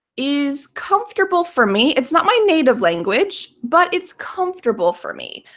is comfortable for me. it's not my native language, but it's comfortable for me.